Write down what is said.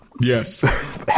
Yes